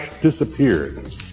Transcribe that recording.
disappeared